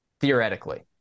theoretically